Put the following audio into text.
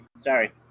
Sorry